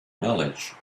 knowledge